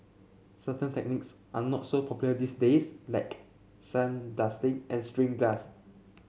certain techniques are not so popular these days like sandblasting and stained glass